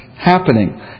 happening